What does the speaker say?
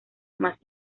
más